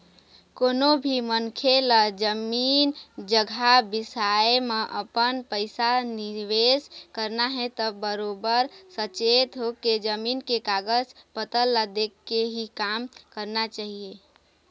कोनो भी मनखे ल जमीन जघा बिसाए म अपन पइसा निवेस करना हे त बरोबर सचेत होके, जमीन के कागज पतर ल देखके ही काम करना चाही